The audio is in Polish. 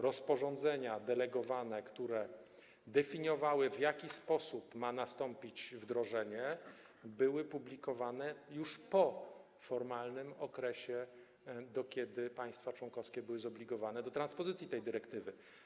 Rozporządzenia delegowane, które definiowały, w jaki sposób ma nastąpić wdrożenie, były publikowane już po formalnym terminie, do jakiego państwa członkowskie były zobligowane do transpozycji tej dyrektywy.